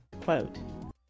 Quote